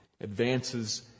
advances